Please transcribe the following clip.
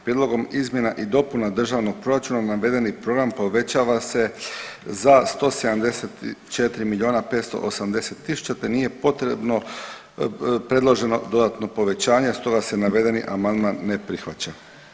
Prijedlogom izmjena i dopuna državnog proračuna navedeni program povećava se za 174 milijuna 580 tisuća, te nije potrebno predloženo dodatno povećanje, stoga se navedeni amandman ne prihvaća.